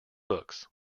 books